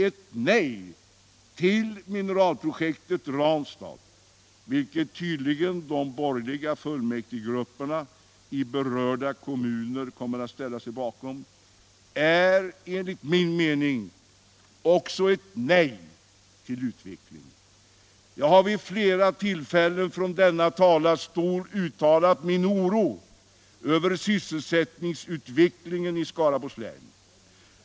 Ett nej till mineralprojektet Ranstad, vilket tydligen de borgerliga fullmäktigegrupperna i berörda kommuner kommer att ställa sig bakom, är enligt min mening också ett nej till utveckling. Jag har vid flera tillfällen från denna talarstol uttalat min oro över sysselsättningsutvecklingen i Skaraborgs län.